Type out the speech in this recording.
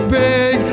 big